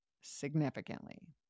significantly